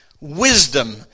wisdom